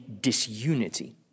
disunity